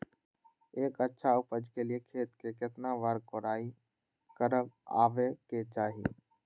एक अच्छा उपज के लिए खेत के केतना बार कओराई करबआबे के चाहि?